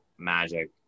magic